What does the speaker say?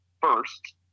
first